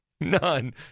none